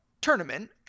tournament